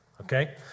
Okay